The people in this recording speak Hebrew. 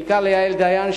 בעיקר ליעל דיין,